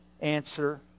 answer